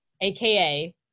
AKA